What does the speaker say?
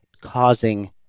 causing